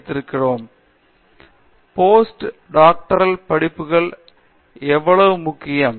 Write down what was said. பேராசிரியர் Pratap Haridas post doctoral படிப்பது எவ்வளவு முக்கியம்